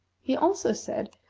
he also said,